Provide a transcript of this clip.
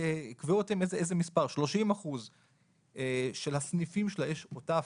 30 אחוזים תקבעו אתם איזה מספר מהסניפים שלה יש את אותה הפרה,